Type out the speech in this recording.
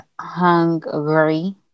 hungry